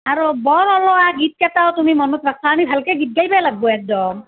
আৰু বৰ ওলোৱা গীত কেইটাও তুমি মনত ৰাখিবা আমি ভালকৈ গীত গাব লাগিব একদম